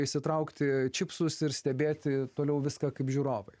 išsitraukti čipsus ir stebėti toliau viską kaip žiūrovai